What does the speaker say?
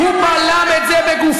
הוא בלם את זה בגופו.